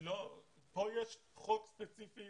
פה יש חוק ספציפי